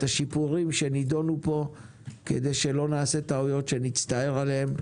השיפורים שנדונו פה כדי שלא נעשה טעויות שנצטער עליהן.